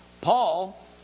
Paul